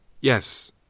Yes